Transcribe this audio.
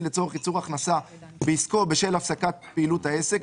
לצורך ייצור הכנסה בעסקו בשל הפסקת פעילות העסק,